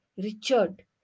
Richard